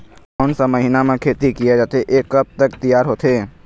कोन सा महीना मा खेती किया जाथे ये कब तक तियार होथे?